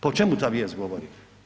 Pa o čemu ta vijest govori?